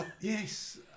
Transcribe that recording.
Yes